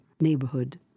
neighborhood